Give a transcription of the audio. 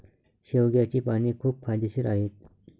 शेवग्याची पाने खूप फायदेशीर आहेत